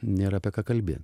nėra apie ką kalbėt